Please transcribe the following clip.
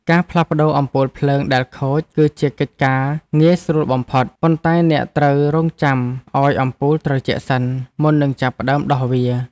ការផ្លាស់ប្តូរអំពូលភ្លើងដែលខូច គឺជាកិច្ចការងាយស្រួលបំផុត ប៉ុន្តែអ្នកត្រូវរង់ចាំឱ្យអំពូលត្រជាក់សិនមុននឹងចាប់ផ្តើមដោះវា។